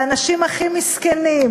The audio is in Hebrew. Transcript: לאנשים הכי מסכנים,